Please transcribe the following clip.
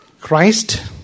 Christ